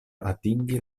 atingi